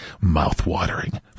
Mouth-watering